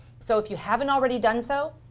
so if you haven't already done so,